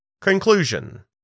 Conclusion